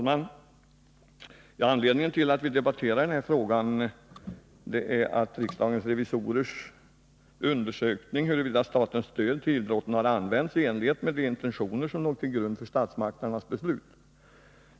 Fru talman! Anledningen till att vi debatterar den här frågan är riksdagens revisorers undersökning av huruvida statens stöd till idrotten har använts i enlighet med de intentioner som låg till grund för statsmakternas beslut.